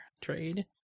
trade